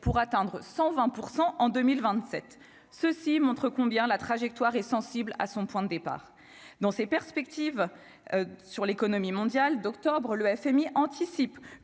pour atteindre 120 % en 2027 ceci montre combien la trajectoire est sensible à son point de départ, dans ses perspectives sur l'économie mondiale d'octobre, le FMI anticipe